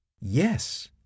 Yes